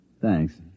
Thanks